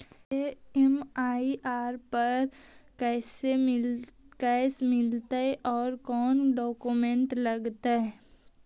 EMI पर car कैसे मिलतै औ कोन डाउकमेंट लगतै?